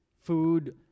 food